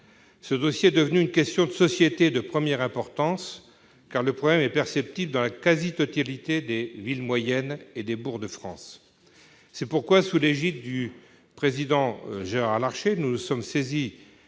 Ce problème est devenu une question de société de première importance, car il est perceptible dans la quasi-totalité des villes moyennes et des bourgs de France. C'est pourquoi, sous l'égide du président Gérard Larcher, nous nous sommes saisis